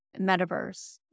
Metaverse